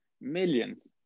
millions